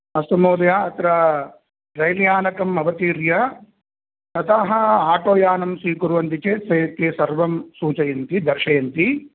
अस्तु महोदय अत्र रैल्यानकम् अवतीर्य ततः आटोयनं स्वीकुर्वन्ति चेत् ते ते सर्वं सूचयन्ति दर्शयन्ति